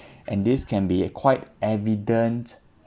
and this can be quite evident